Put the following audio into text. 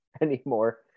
anymore